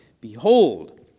Behold